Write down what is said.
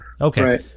Okay